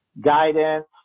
guidance